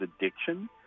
addiction